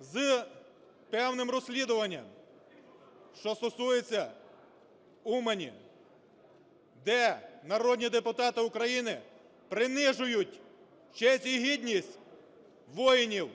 з певним розслідуванням, що стосується Умані, де народні депутати України принижують честь і гідність воїнів